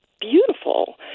beautiful